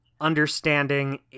understanding